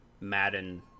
madden